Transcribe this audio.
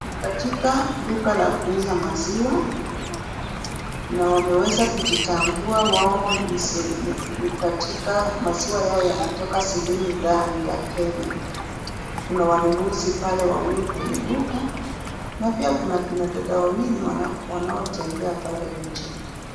Katika duka la kuuza maziwa na wameweza kujitambua wao maziwa yao yanatoka sehemu gani ya Kenya, kuna wanunuzi pale wawili kwenye duka na pia kuna akina dada wawili wanaotembea pale nje.